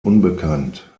unbekannt